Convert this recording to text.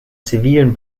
zivilen